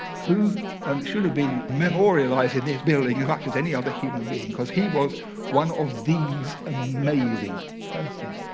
who um should have been memorialised in this building as much as any other human being because he was one of these amazing persons.